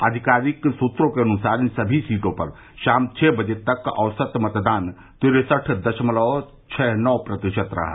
आधिकारिक सूत्रों के अनुसार इन सभी सीटों पर शाम छह बजे तक औसत मतदान तिरसठ दशमलव छह नौ प्रतिशत रहा